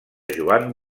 joan